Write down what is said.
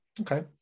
Okay